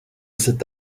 cet